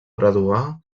graduar